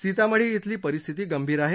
सीतामढी इथली परिस्थिती गंभीर आहे